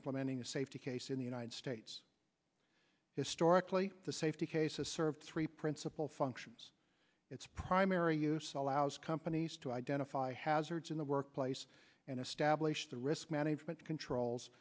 implementing a safety case in the united states historically the safety case has served three principal functions its primary use allows companies to identify hazards in the workplace and establish the risk management controls